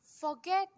Forget